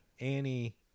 annie